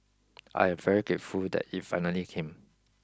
I am very grateful that it finally came